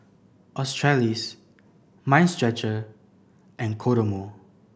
Australis Mind Stretcher and Kodomo